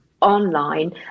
online